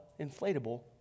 inflatable